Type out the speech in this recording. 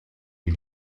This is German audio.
die